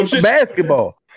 basketball